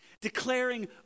declaring